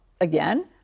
again